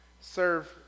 Serve